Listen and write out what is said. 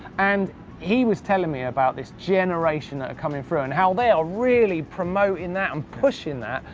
and he was telling me about this generation that are coming through and how they are really promoting that and pushing that.